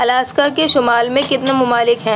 Alaska کے شمال میں کتنے ممالک ہیں